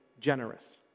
generous